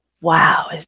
wow